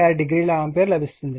96 degree ampere లభిస్తుంది